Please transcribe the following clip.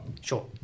Sure